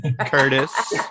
Curtis